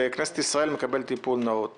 ומקבל טיפול נאות